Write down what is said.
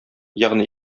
ягъни